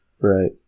right